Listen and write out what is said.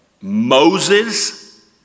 Moses